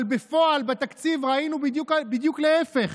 אבל בפועל בתקציב ראינו בדיוק להפך?